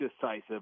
decisive